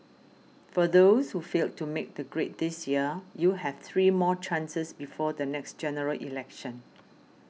for those who failed to make the grade this year you have three more chances before the next General Election